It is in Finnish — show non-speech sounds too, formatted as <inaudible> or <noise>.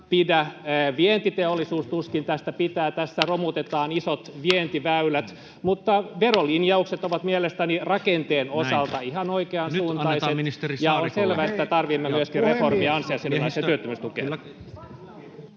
vientiteollisuus tuskin tästä pitää, <noise> tässä romutetaan isot vientiväylät, mutta verolinjaukset ovat mielestäni rakenteen osalta ihan oikeansuuntaiset, ja on selvää, että me tarvitsemme myöskin reformia ansiosidonnaiseen työttömyystukeen.